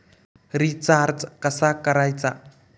Recharge कसा करायचा?